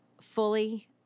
fully